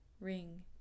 ring